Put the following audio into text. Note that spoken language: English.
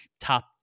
top